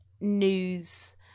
news